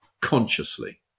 consciously